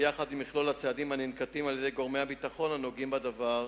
ביחד עם מכלול הצעדים הננקטים על-ידי גורמי הביטחון הנוגעים בדבר,